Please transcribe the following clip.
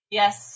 yes